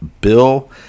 Bill